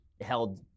held